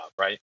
right